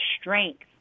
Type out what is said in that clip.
strength